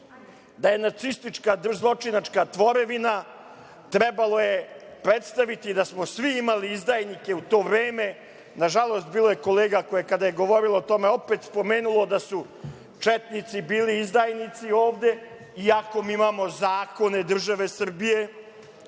da je nacistička zločinačka tvorevina, trebalo je predstaviti da smo svi imali izdajnike u to vreme. Nažalost, bilo je kolega koji su kada su govorili o tome opet spomenuli da su četnici bili izdajnici ovde, iako mi imamo zakone države Srbije,